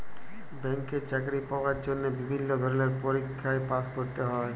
ব্যাংকে চাকরি পাওয়ার জন্হে বিভিল্য ধরলের পরীক্ষায় পাস্ ক্যরতে হ্যয়